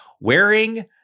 wearing